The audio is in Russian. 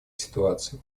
ситуаций